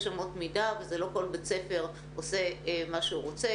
יש אמות מידה ולא כל בית ספר עושה מה שהוא רוצה.